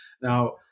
Now